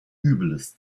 übles